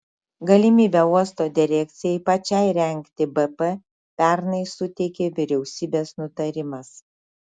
galimybę uosto direkcijai pačiai rengti bp pernai suteikė vyriausybės nutarimas